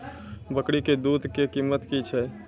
बकरी के दूध के कीमत की छै?